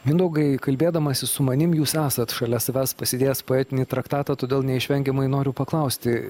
mindaugai kalbėdamasis su manim jūs esat šalia savęs pasidėjęs poetinį traktatą todėl neišvengiamai noriu paklausti